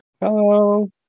Hello